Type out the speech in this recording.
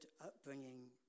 upbringing